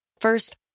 First